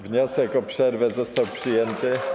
Wniosek o przerwę został przyjęty.